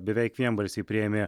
beveik vienbalsiai priėmė